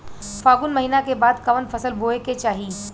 फागुन महीना के बाद कवन फसल बोए के चाही?